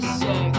sick